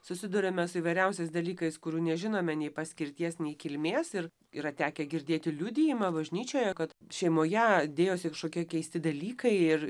susiduriame su įvairiausiais dalykais kurių nežinome nei paskirties nei kilmės ir yra tekę girdėti liudijimą bažnyčioje kad šeimoje dėjosi kažkokie keisti dalykai ir